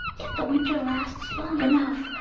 if the winter lasts long enough,